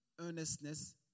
earnestness